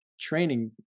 training